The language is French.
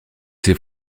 ses